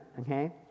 okay